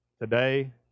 today